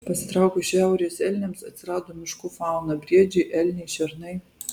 pasitraukus šiaurės elniams atsirado miškų fauna briedžiai elniai šernai